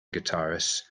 guitarists